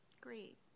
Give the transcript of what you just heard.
Great